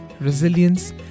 resilience